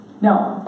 Now